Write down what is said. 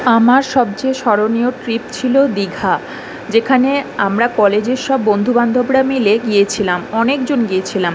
আমার সবচেয়ে স্মরণীয় ট্রিপ ছিল দিঘা যেখানে আমরা কলেজের সব বন্ধুবান্ধবরা মিলে গিয়েছিলাম অনেকজন গিয়েছিলাম